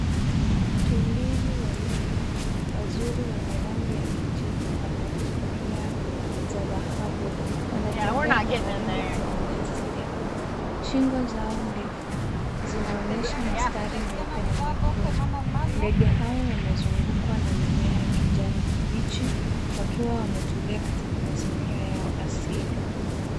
Tumbili wawili wenye rangi ya kijivu na mwanga Shingo zao ndefu zinaonyesha mistari myeupe na mikundu. Wamezungukwa na mimea ya kijani kibichi, wakiwa wametulia katika mazingira ya asili.